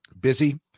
busy